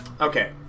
Okay